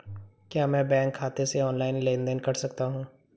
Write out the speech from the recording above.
क्या मैं बैंक खाते से ऑनलाइन लेनदेन कर सकता हूं?